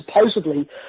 supposedly